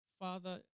Father